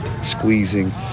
squeezing